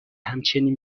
همچنین